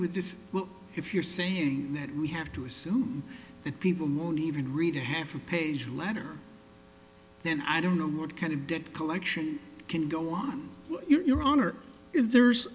with this well if you're saying that we have to assume that people more even read a half a page letter then i don't know what kind of debt collection can go off your honor if there's